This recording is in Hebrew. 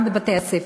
גם בבתי-הספר,